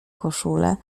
koszulę